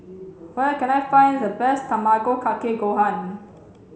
where can I find the best Tamago Kake Gohan